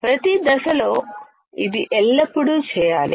ప్రతీ దశ లో ఇది ఎల్లప్పుడూ చేయాలి